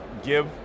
give